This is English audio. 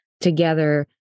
together